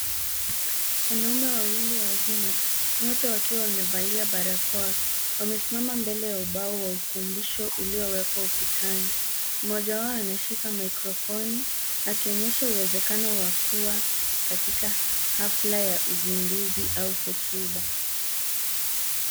Wanaume wawili wazima wote wakiwa wamevalia barakoa. Wamesimama mbele ya ubao wa ukumbusho uliowekwa ukutani. Mmoja wao anashika maikrofoni akionyesha uwezekano wa kuwa katika hafla ya usinduzi au hotuba.